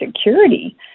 security